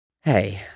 Hey